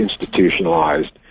institutionalized